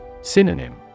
Synonym